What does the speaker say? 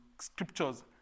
scriptures